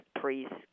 priests